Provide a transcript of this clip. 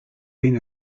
been